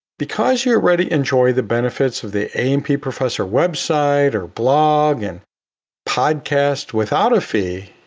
because you already enjoy the benefits of the a and p professor website or blog and podcast without a fee.